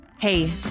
Hey